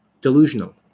Delusional